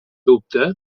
dubte